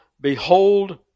behold